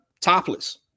topless